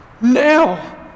Now